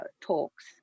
talks